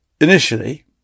Initially